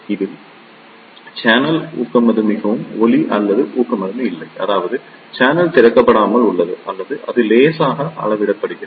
இதில் சேனல் ஊக்கமருந்து மிகவும் ஒளி அல்லது ஊக்கமருந்து இல்லை அதாவது சேனல் திறக்கப்படாமல் உள்ளது அல்லது அது லேசாக அளவிடப்படுகிறது